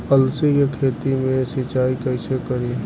अलसी के खेती मे सिचाई कइसे करी?